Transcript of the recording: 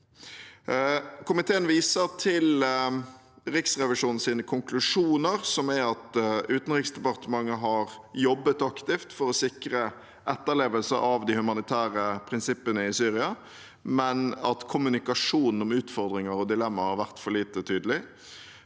Komiteen viser til Riksrevisjonens konklusjoner, som er – at Utenriksdepartementet har jobbet aktivt for å sikre etterlevelse av de humanitære prinsippene i Syria, men at kommunikasjonen om utfordringer og dilemmaer har vært for lite tydelig